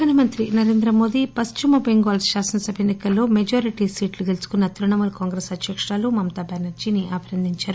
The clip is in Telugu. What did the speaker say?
ప్రధాన మంత్రి నరేంద్ర మోదీ పశ్చిమ బెంగాల్ శాసన సభ ఎన్నికల్లో మెజారిటీసీట్లు గెలుచుకున్న తృణమూల్ కాంగ్రెసు అధ్యకురాలు మమతా అభినందిందారు